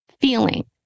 feeling